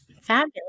Fabulous